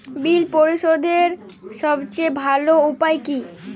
বিল পরিশোধের সবচেয়ে ভালো উপায় কী?